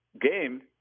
game